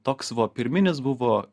toks buvo pirminis buvo